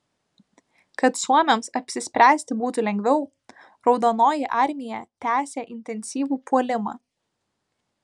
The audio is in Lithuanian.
kad suomiams apsispręsti būtų lengviau raudonoji armija tęsė intensyvų puolimą